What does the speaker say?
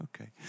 okay